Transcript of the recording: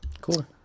Cool